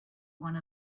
one